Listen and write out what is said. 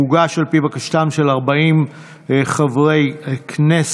הוגש על פי בקשתם של 40 חברי כנסת.